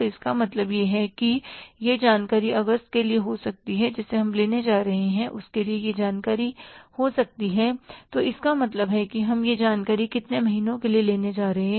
तो इसका मतलब यह है कि यह जानकारी अगस्त के लिए हो सकती हैं जिसे हम लेने जा रहे हैं उसके लिए यह जानकारी हो सकती है तो इसका मतलब है कि हम यह जानकारी कितने महीनों के लिए लेने जा रहे हैं